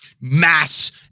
mass